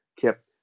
kept